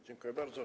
Dziękuję bardzo.